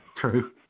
True